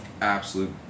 absolute